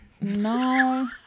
no